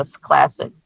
classic